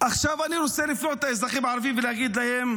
עכשיו אני רוצה לפנות לאזרחים הערבים ולהגיד להם: